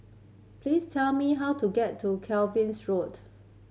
please tell me how to get to Cavans Road